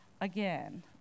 again